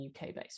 UK-based